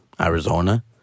Arizona